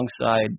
alongside